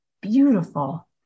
beautiful